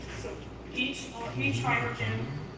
so each um each hydrogen.